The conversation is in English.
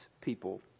people